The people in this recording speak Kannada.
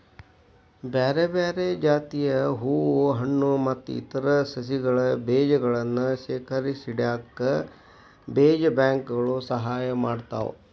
ಬ್ಯಾರ್ಬ್ಯಾರೇ ಜಾತಿಯ ಹೂ ಹಣ್ಣು ಮತ್ತ್ ಇತರ ಸಸಿಗಳ ಬೇಜಗಳನ್ನ ಶೇಖರಿಸಿಇಡಾಕ ಬೇಜ ಬ್ಯಾಂಕ್ ಗಳು ಸಹಾಯ ಮಾಡ್ತಾವ